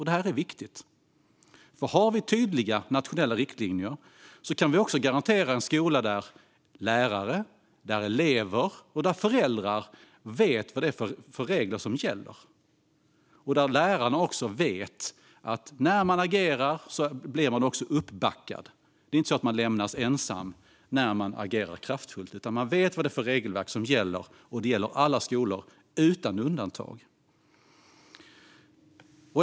Det är viktigt, för har vi tydliga nationella riktlinjer kan vi garantera en skola där lärare, elever och föräldrar vet vad det är för regler som gäller och där lärarna vet att de blir uppbackade när de agerar. Man lämnas inte ensam när man agerar kraftfullt, utan man vet vad det är för regelverk som gäller. Och detta gäller då alla skolor utan undantag.